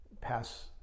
pass